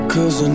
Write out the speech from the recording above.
Cause